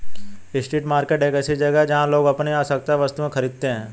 street market एक ऐसी जगह है जहां लोग अपनी आवश्यक वस्तुएं खरीदते हैं